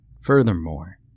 Furthermore